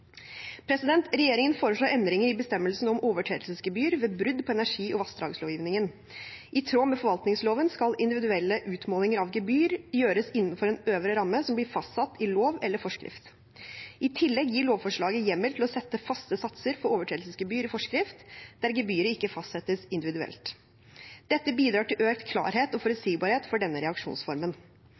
Regjeringen foreslår endringer i bestemmelsen om overtredelsesgebyr ved brudd på energi- og vassdragslovgivningen. I tråd med forvaltningsloven skal individuelle utmålinger av gebyr gjøres innenfor en øvre ramme som blir fastsatt i lov eller forskrift. I tillegg gir lovforslaget hjemmel til å sette faste satser på overtredelsesgebyr i forskrift der gebyret ikke fastsettes individuelt. Dette bidrar til økt klarhet og forutsigbarhet for denne reaksjonsformen.